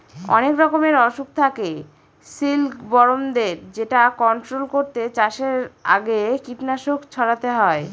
অনেক রকমের অসুখ থাকে সিল্কবরমদের যেটা কন্ট্রোল করতে চাষের আগে কীটনাশক ছড়াতে হয়